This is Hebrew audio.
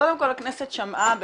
קודם כל הכנסת שמעה נשים,